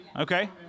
Okay